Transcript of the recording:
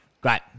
Great